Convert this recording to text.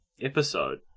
episode